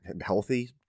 healthy